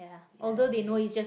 ya agreed